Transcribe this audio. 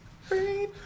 Free